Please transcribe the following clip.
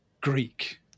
Greek